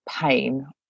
pain